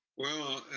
well,